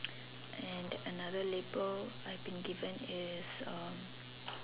and another label I have been given is um